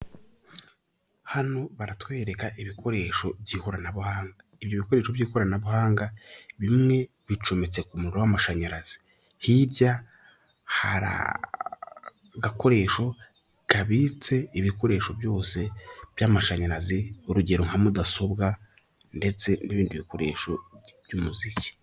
Hano baratwereka ibikoresho by'ikoranabuhanga, ibyo bikoresho by'ikoranabuhanga bimwe bicometse ku muriro w'amashanyarazi, hirya hari agakoresho kabitse ibikoresho byose by'amashanyarazi, urugero nka mudasobwa ndetse n'ibindi bikoresho by'umuziki.